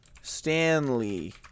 Stanley